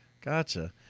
Gotcha